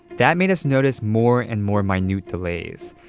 that made us notice more and more minute delays,